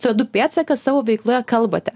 c du pėdsaką savo veikloje kalbate